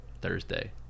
Thursday